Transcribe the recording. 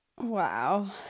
Wow